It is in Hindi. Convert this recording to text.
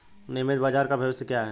नियमित बाजार का भविष्य क्या है?